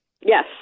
Yes